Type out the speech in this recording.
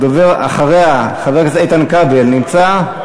הדובר אחריה, חבר הכנסת איתן כבל, נמצא?